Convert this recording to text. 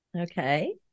Okay